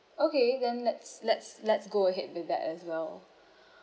okay then let's let's let's go ahead with that as well